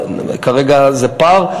זה כרגע פער.